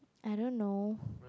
I don't know